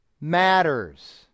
matters